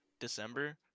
December